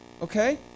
Okay